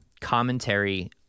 commentary